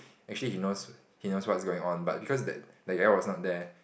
actually he knows he knows what's going on but because that that guy was not there